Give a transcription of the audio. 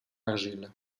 argile